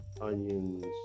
onions